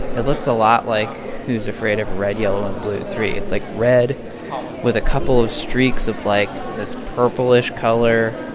it looks a lot like who's afraid of red, yellow and blue iii. it's like red with a couple of streaks of like this purplish color